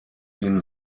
ihm